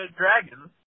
dragons